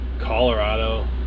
Colorado